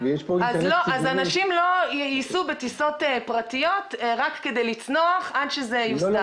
אז אנשים לא ייסעו בטיסות פרטיות רק כדי לצנוח עד שזה יוסדר.